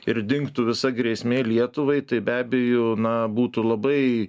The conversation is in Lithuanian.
ir dingtų visa grėsmė lietuvai tai be abejų na būtų labai